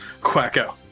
Quacko